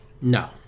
No